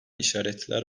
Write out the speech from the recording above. işaretler